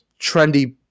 trendy